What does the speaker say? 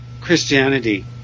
Christianity